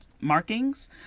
markings